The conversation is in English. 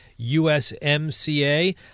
USMCA